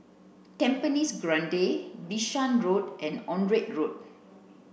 Tampines Grande Bishan Road and Onraet Road